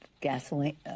gasoline —